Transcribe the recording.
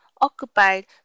occupied